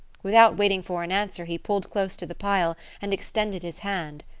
without waiting for an answer he pulled close to the pile and extended his hand.